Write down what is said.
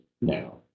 now